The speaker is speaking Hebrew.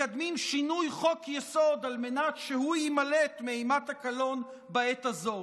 מקדמים שינוי חוק-יסוד על מנת שהוא יימלט מאימת הקלון בעת הזאת.